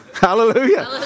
Hallelujah